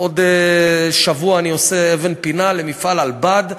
עוד שבוע אני עושה הנחת אבן פינה למפעל "על בד",